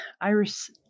Irish